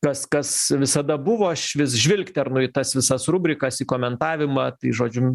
kas kas visada buvo aš vis žvilgternu į tas visas rubrikas į komentavimą tai žodžiu